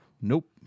Nope